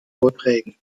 vorträgen